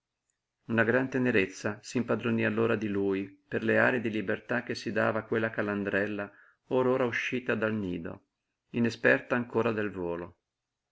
una gran tenerezza s'impadroní allora di lui per le arie di libertà che si dava quella calandrella or ora uscita dal nido inesperta ancora del volo